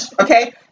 okay